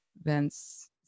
events